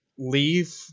Leave